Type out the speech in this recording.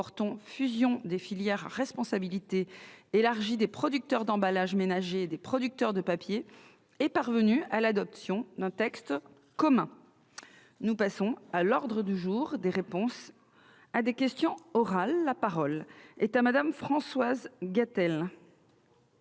fusion des filières à responsabilité élargie des producteurs d'emballages ménagers et des producteurs de papier est parvenue à l'adoption d'un texte commun. L'ordre du jour appelle les réponses à des questions orales. La parole est à Mme Françoise Gatel,